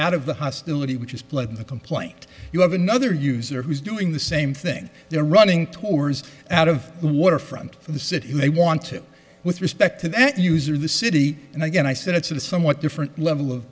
out of the hostility which is played in the complaint you have another user who's doing the same thing they're running tours out of the waterfront from the city who they want to with respect to that use or the city and again i said it's a somewhat different level of